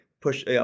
push